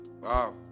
Wow